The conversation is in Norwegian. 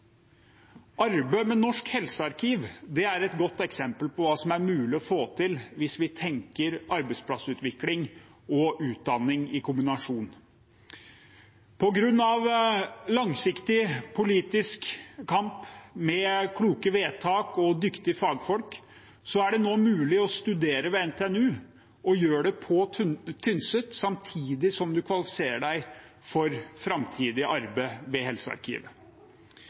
Arbeidet med Norsk helsearkiv er et godt eksempel på hva som er mulig å få til hvis vi tenker arbeidsplassutvikling og utdanning i kombinasjon. På grunn av langsiktig politisk kamp, med kloke vedtak og dyktige fagfolk, er det nå mulig å studere ved NTNU og gjøre det på Tynset samtidig som en kvalifiserer seg for framtidig arbeid ved Helsearkivet.